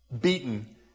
beaten